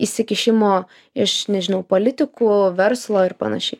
įsikišimo iš nežinau politikų verslo ir panašiai